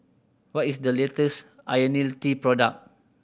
what is the latest Ionil T product